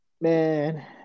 Man